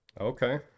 Okay